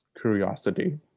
curiosity